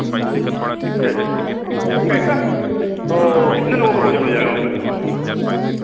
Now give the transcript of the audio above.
अच्छा सर अच्छा ऐसा तो कितने लोगों का भोजन हो जाएगा वहाँ पर